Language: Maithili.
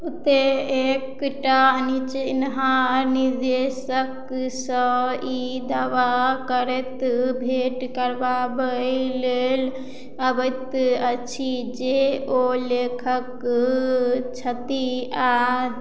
ओतए एकटा अनचिन्हार निर्देशकसँ ई दावा करैत भेँट करबाबै लेल अबैत अछि जे ओ लेखक छथि आओर